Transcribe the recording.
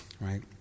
right